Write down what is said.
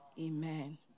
Amen